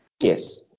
yes